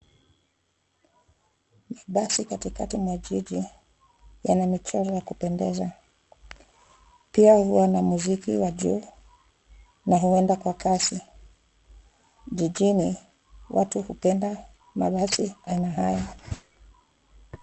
Mabasi katikati mwa jiji. Yana michoro ya kupendeza pia huwa na muziki wa juu na huenda kwa kasi. Jijini watu hupenda mabasi aina haya.